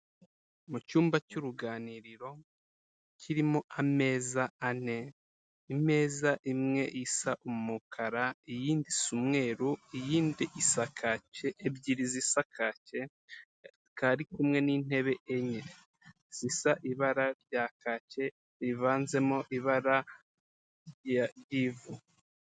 Mu cyumba cy'uruganiriro kirimo ameza ane, imeza imwe isa umukara, iyindi isa umweru, iyindi isa kaki, ebyiri zisa kaki, kari kumwe n'intebe enye zisa ibara rya kaki, rivanzemo ibara ry'ivu.